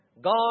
God